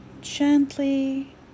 Gently